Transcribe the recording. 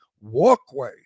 walkway